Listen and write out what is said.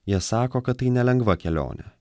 jie sako kad tai nelengva kelionė